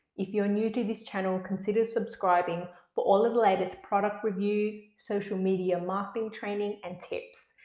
if you're new to this channel, consider subscribing for all of the latest product reviews, social media marketing training and tips.